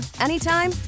anytime